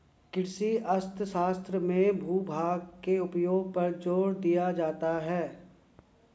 कृषि अर्थशास्त्र में भूभाग के उपयोग पर जोर दिया जाता है